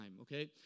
okay